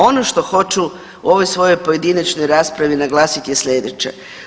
Ono što hoću u ovoj svojoj pojedinačnoj raspravi naglasit je slijedeće.